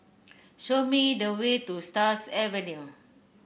show me the way to Stars Avenue